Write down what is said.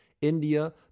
india